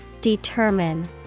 Determine